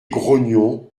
grognon